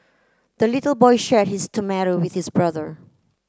the little boy shared his tomato with his brother